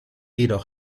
jedoch